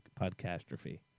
Podcastrophe